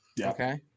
Okay